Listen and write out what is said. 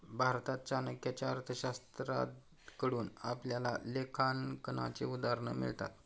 भारतात चाणक्याच्या अर्थशास्त्राकडून आपल्याला लेखांकनाची उदाहरणं मिळतात